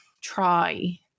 try